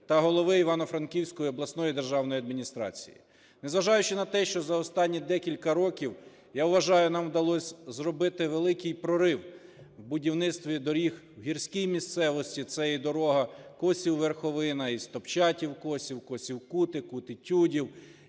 та голови Івано-Франківської обласної державної адміністрації. Незважаючи на те, що за останні декілька років, я вважаю, нам вдалось зробити великий прорив у будівництві доріг, у гірській місцевості - це і дорога Косів – Верховина, і Стопчатів – Косів, Косів – Кути, Кути – Тюдів,